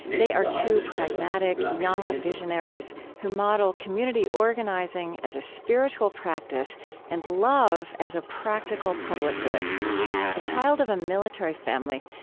they are two pragmatic, young visionaries who model community organizing as a spiritual practice and love as a practical public good a child of a military family,